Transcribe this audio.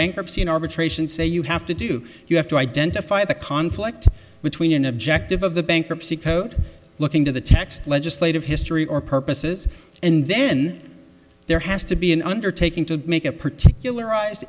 bankruptcy an arbitration say you have to do you have to identify the conflict between an objective of the bankruptcy code looking to the text legislative history or purposes and then there has to be an undertaking to make a particular